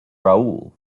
raoul